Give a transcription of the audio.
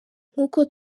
nk’uko